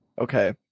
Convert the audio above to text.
Okay